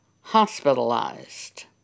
hospitalized